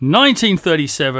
1937